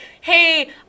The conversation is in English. Hey